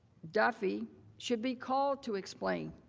duffey should be called to explain.